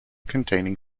containing